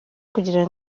kugira